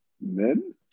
men